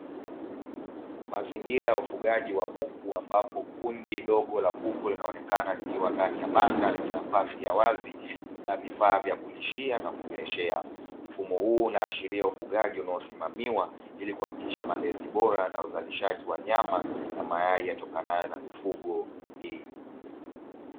Mazingira ya ufugaji wa kuku ambapo kundi dogo la kuku linaonekana likiwa ndani ya banda lenye nafasi ya wazi na vifaa vya kulishia na kunyweshea. Mfumo huu unaashiria ufugaji unaosimamiwa ili kuhakikisha malezi bora na uzalishaji wa nyama na mayai yatokanayo na mifugo hii.